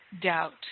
doubt